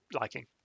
liking